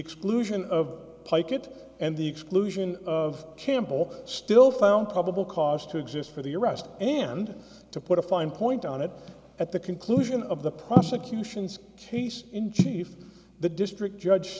exclusion of pike it and the exclusion of campbell still found probable cause to exist for the arrest and to put a fine point on it at the conclusion of the prosecution case in chief the district judge